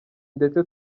ndetse